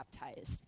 baptized